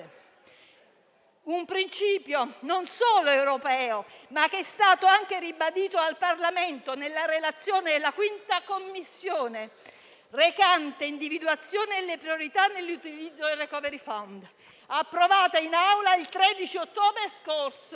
Un principio non solo europeo, ma che è stato anche ribadito al Parlamento nella relazione della 5a Commissione, recante individuazione delle priorità nell'utilizzo del *recovery fund*, approvata in Aula il 13 ottobre scorso.